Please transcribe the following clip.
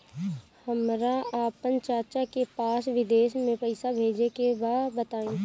हमरा आपन चाचा के पास विदेश में पइसा भेजे के बा बताई